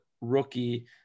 rookie